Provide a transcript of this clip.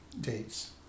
dates